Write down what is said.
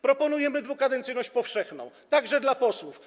Proponujemy dwukadencyjność powszechną, także dla posłów.